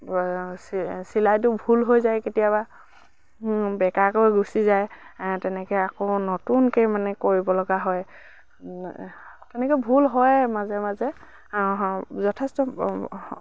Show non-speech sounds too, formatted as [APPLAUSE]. চিলাইটো ভুল হৈ যায় কেতিয়াবা বেকাকৈ গুচি যায় তেনেকৈ আকৌ নতুনকৈ মানে কৰিব লগা হয় তেনেকৈ ভুল হয় মাজে মাজে যথেষ্ট [UNINTELLIGIBLE]